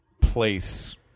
place